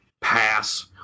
pass